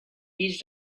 each